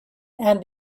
and